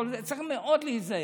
וצריך מאוד להיזהר.